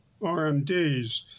RMDs